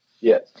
Yes